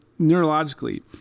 neurologically